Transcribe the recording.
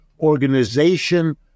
organization